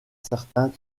certains